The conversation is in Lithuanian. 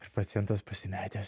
ir pacientas pasimetęs